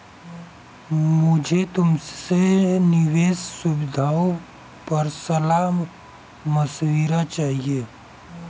मुझे तुमसे निवेश सुविधाओं पर सलाह मशविरा चाहिए